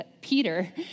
Peter